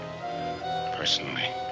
Personally